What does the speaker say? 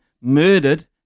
murdered